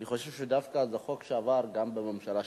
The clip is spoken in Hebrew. אני חושב שדווקא זה חוק שעבר גם בממשלה שלנו.